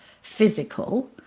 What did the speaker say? physical